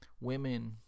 women